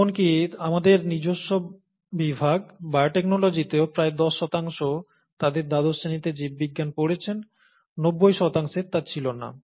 এমনকি আমাদের নিজস্ব বিভাগ বায়োটেকনোলজিতেও প্রায় 10 শতাংশ তাদের দ্বাদশ শ্রেণিতে জীববিজ্ঞান পড়েছেন 90 শতাংশের তা ছিল না